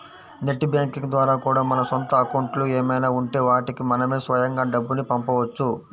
net banking ద్వారా కూడా మన సొంత అకౌంట్లు ఏమైనా ఉంటే వాటికి మనమే స్వయంగా డబ్బుని పంపవచ్చు